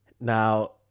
Now